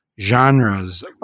genres